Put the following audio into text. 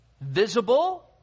visible